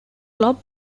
club